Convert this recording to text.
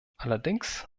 allerdings